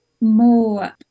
more